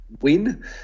Win